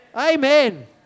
Amen